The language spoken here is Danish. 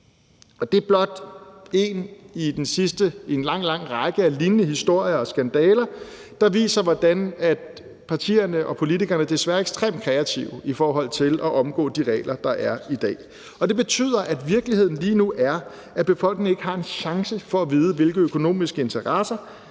Det er blot én i en lang, lang række af lignende historier og skandaler, der viser, hvordan partierne og politikerne desværre er ekstremt kreative i forhold til at omgå de regler, der er i dag. Det betyder, at virkeligheden lige nu er, at befolkningen ikke har en chance for at vide, hvilke økonomiske interesser